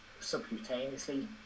subcutaneously